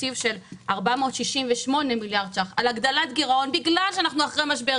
התקציב של 468 מיליארד ש"ח על הגדלת גירעון בגלל שאנחנו אחרי משבר,